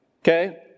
Okay